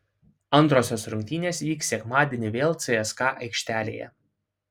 antrosios rungtynės vyks sekmadienį vėl cska aikštelėje